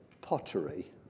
pottery